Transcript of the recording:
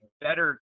better